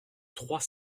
trois